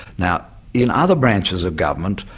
now in other branches of government,